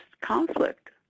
conflict